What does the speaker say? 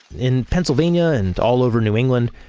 in pennsylvania and all over new england,